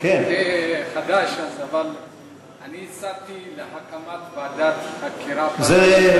אני הצעתי הקמת ועדת חקירה פרלמנטרית,